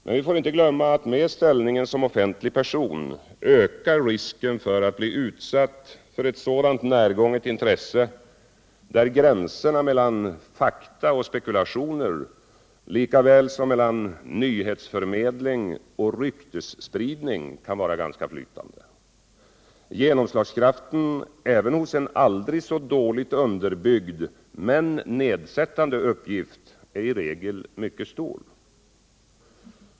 Men vi får inte glömma att med ställningen som offentlig person ökar risken för att bli utsatt för ett sådant närgånget intresse där gränserna mellan fakta och spekulationer likaväl som mellan nyhetsförmedling och rykiesspridning kan vara ganska flytande. Genomslagskraften även hos en aldrig så dåligt underbyggd men nedsättande uppgift är i regel mycket stor.